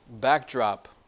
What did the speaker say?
backdrop